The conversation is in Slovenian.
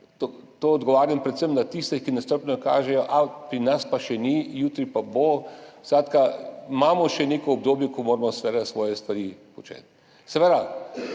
To odgovarjam predvsem za tiste, ki nestrpno kažejo, pri nas pa še ni, jutri pa bo. Skratka, imamo še neko obdobje, ko moramo seveda početi svoje stvari. Seveda,